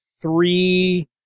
three